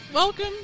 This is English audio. Welcome